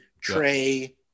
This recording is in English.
Trey